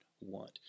want